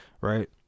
right